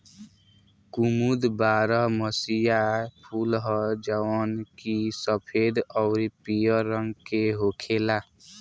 कुमुद बारहमसीया फूल ह जवन की सफेद अउरी पियर रंग के होखेला